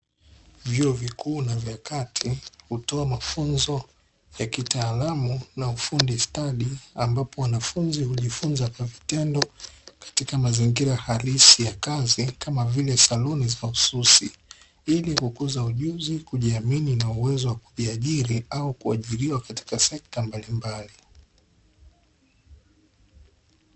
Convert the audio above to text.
Vyuo vikuu na vya kati, hutoa mafunzo ya kitaalamu na ufundi stadi, ambapo wanafunzi hujifunza kwa vitendo katika mazingira halisi ya kazi, kama vile saluni za ususi, ili kukuza ujuzi, kujiamini na uwezo wa kujiajiri au kuajiriwa katika sekta mbalimbali.